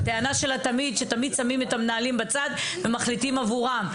והטענה שלה ששמים תמיד את המנהלים בצד ומחליטים עבורם.